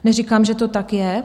Neříkám, že to tak je.